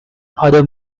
other